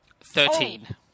Thirteen